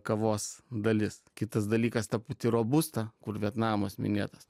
kavos dalis kitas dalykas ta pati robusta kur vietnamas minėtas